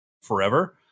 forever